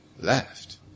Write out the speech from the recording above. Left